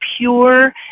pure